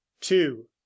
two